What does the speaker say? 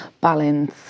balance